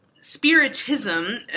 spiritism